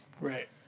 Right